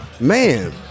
Man